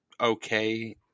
okay